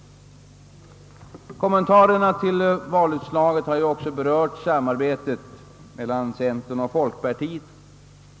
Kommentarerna till valutslaget har också berört samarbetet mellan centern och folkpartiet.